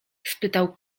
spytał